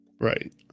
Right